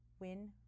Win